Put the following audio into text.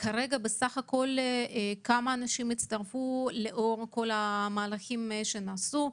כרגע בסך הכול כמה אנשים הצטרפו לאור כל המהלכים שנעשו?